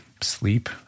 sleep